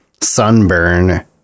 sunburn